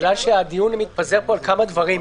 בגלל שהדיון מתפזר פה על כמה דברים,